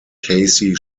casey